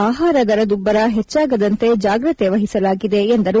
ಆಹಾರ ದರದುಬ್ಲರ ಹೆಚ್ಚಾಗದಂತೆ ಜಾಗ್ರತೆ ವಹಿಸಲಾಗಿದೆ ಎಂದರು